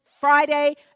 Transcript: Friday